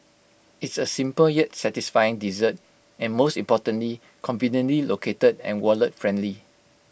it's A simple yet satisfying dessert and most importantly conveniently located and wallet friendly